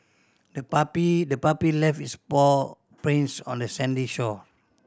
the puppy the puppy left its paw prints on the sandy shore